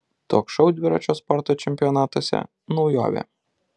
toks šou dviračio sporto čempionatuose naujovė